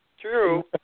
true